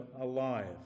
alive